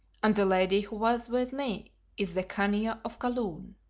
and the lady who was with me is the khania of kaloon.